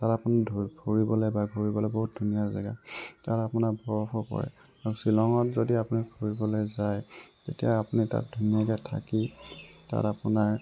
তাত আপুনি ফুৰিবলৈ বা ঘূৰিবলৈ বহুত ধুনীয়া জাগা তাত আপোনাৰ বৰফো পৰে আৰু শ্বিলংত যদি আপুনি ফুৰিবলৈ যায় তেতিয়া আপুনি তাত ধুনীয়াকৈ থাকি তাত আপোনাৰ